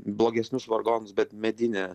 blogesnius vargonus bet medinę